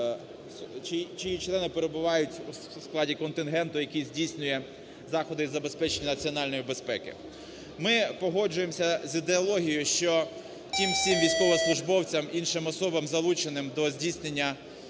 чиї члени перебувають у складі контингенту, який здійснює заходи забезпечення національної безпеки. Ми погоджуємося з ідеологією, що тим всім військовослужбовцям і іншим особам, залученим до здійснення